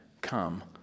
come